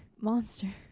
monster